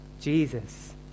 Jesus